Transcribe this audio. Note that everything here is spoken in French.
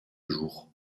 jour